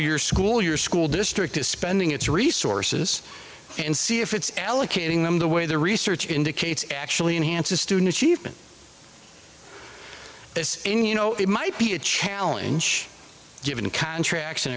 your school your school district is spending its resources and see if it's allocating them the way the research indicates actually enhances student achievement this you know it might be a challenge given contract